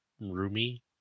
roomy